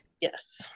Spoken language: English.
Yes